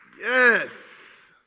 Yes